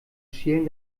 schälen